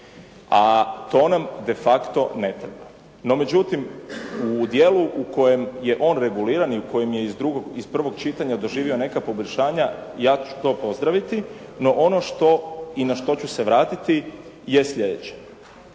a to nam de facto ne treba. No međutim, u dijelu u kojem je on reguliran i u kojem je iz prvog čitanja doživio neka poboljšanja ja ću to pozdraviti, no ono što i na što ću se vratiti je slijedeće.